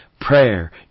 Prayer